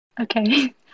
Okay